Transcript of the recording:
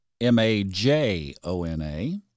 M-A-J-O-N-A